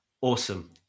Awesome